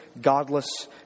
godless